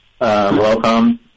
Welcome